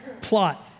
plot